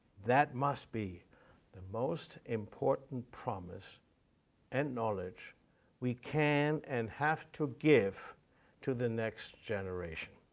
that must be the most important promise and knowledge we can and have to give to the next generation.